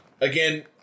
Again